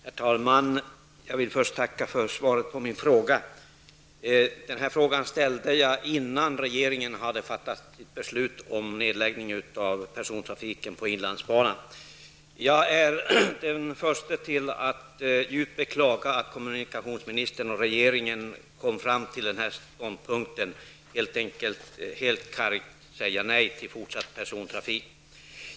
Herr talman! Jag vill först tacka för svaret på min fråga. Jag ställde frågan innan regeringen hade fattat sitt beslut om en nedläggning av persontrafiken på inlandsbanan. Jag är den förste att djupt beklaga att kommunikationsministern och regeringen kom fram till den ståndpunkten, dvs. att helt kallt säga nej till fortsatt persontrafik.